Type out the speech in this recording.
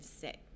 sit